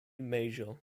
major